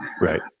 Right